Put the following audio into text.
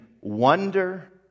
wonder